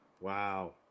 Wow